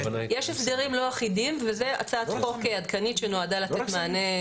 יש הסדרים לא אחידים וזו הצעת חוק עדכנית שנועדה לתת מענה.